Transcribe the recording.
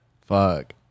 Fuck